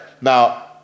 Now